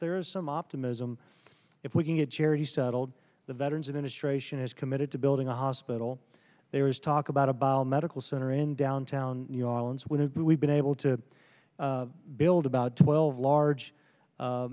there is some optimism if we can get charity settled the veteran's administration is committed to building a hospital there is talk about about medical center in downtown new orleans where we've been able to build about twelve